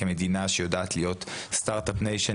כמדינה שיודעת להיות סטארט-אפ ניישן,